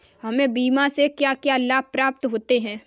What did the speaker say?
हमें बीमा से क्या क्या लाभ प्राप्त होते हैं?